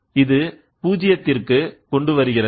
இது 0 வுக்கு கொண்டு வருகிறது